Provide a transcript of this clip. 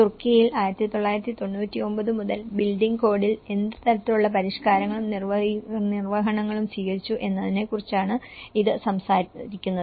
തുർക്കിയിൽ 1999 മുതൽ ബിൽഡിംഗ് കോഡിൽ എന്ത് തരത്തിലുള്ള പരിഷ്കാരങ്ങളും നിർവ്വഹണങ്ങളും സ്വീകരിച്ചു എന്നതിനെക്കുറിച്ചാണ് ഇത് സംസാരിക്കുന്നത്